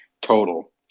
total